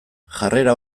jarrera